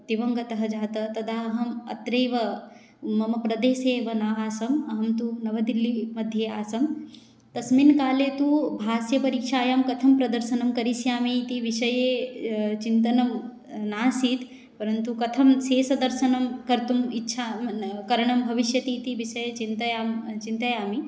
दिवङ्गतः जातः तदा अहम् अत्रैव मम प्रदेशे एव न आसम् अहं तु नवदिल्लिमध्ये आसं तस्मिन् काले तु भाष्यपरीक्षायां कथं प्रदर्शनं करिष्यामि इति विषये चिन्तनं नासीत् परन्तु कथं शेषदर्शनं कर्तुम् इच्छा करणं भविष्यतीति विषये चिन्तायां चिन्तयामि